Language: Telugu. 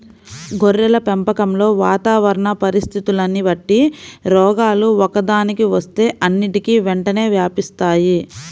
గొర్రెల పెంపకంలో వాతావరణ పరిస్థితులని బట్టి రోగాలు ఒక్కదానికి వస్తే అన్నిటికీ వెంటనే వ్యాపిస్తాయి